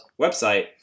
website